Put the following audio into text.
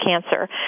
cancer